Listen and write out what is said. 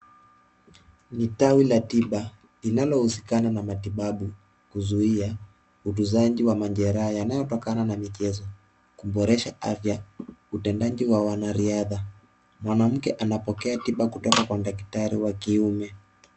Ni tawi la tiba, linalohusikana na matibabu, kuzuia utuzaji wa majeraha yanayotokana na michezo. Kuboresha afya , utendaji wa wana riadha .Mwanamke anapokea tiba kutoka kwa daktari wa kiume .